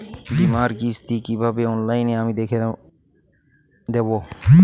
বীমার কিস্তি কিভাবে অনলাইনে আমি দেবো?